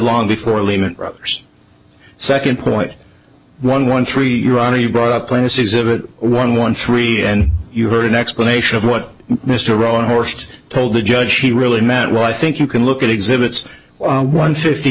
long before lehman brothers second point one one three your honor you brought up plaintiff's exhibit one one three and you heard an explanation of what mr wrong horsed told the judge he really mad well i think you can look at exhibits one fifty